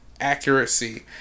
accuracy